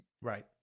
Right